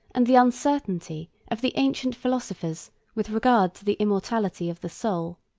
and the uncertainty of the ancient philosophers with regard to the immortality of the soul.